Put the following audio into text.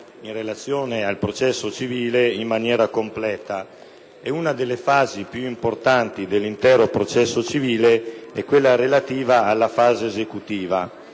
in relazione al processo civile in maniera completa ed una delle fasi piuimportanti dell’intero processo civile e quella esecutiva,